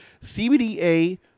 CBDA